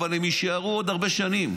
אבל הם יישארו עוד הרבה שנים.